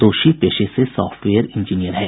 दोषी पेशे से सॉफ्टवेयर इंजीनियर है